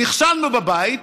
נכשלנו בבית,